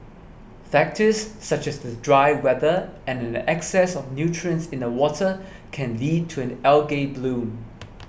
factors such as the dry weather and an excess of nutrients in the water can lead to an algae bloom